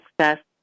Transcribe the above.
success